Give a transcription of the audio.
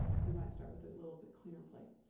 we might start with a little bit cleaner plate.